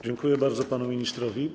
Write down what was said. Dziękuję bardzo panu ministrowi.